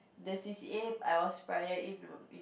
the C_C_A I was prior in